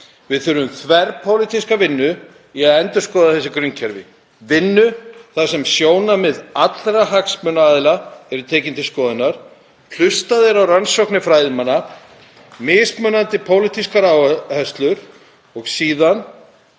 Við þurfum þverpólitíska vinnu í að endurskoða þessi grunnkerfi, vinnu þar sem sjónarmið allra hagsmunaaðila eru tekin til skoðunar, hlustað er á rannsóknir fræðimanna, mismunandi pólitískar áherslur og síðan